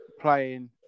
playing